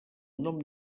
nom